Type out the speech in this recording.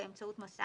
שהממשלה מבקשת למחוק